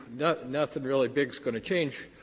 nothing nothing really big's going to change,